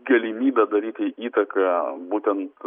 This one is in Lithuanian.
galimybę daryti įtaką būtent